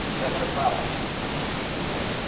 that's about a thirty three percent